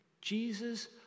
Jesus